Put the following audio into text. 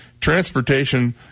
transportation